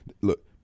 Look